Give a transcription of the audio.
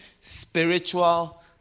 spiritual